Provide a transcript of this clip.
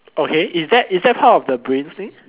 okay is that is that part of the brains thing